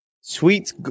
Sweet